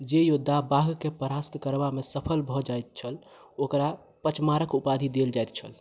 जे योद्धा बाघकेँ परास्त करबा मे सफल भऽ जाइत छल ओकरा पचमारक उपाधि देल जाइत छल